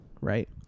right